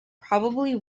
probably